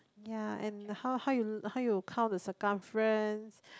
ya and how how you how you count the circumference